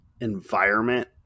environment